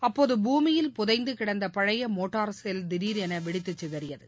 அப்போது பூமியில் புதைந்து கிடந்த பழைய மோட்டார் செல் திடரென வெடித்து சிதறியது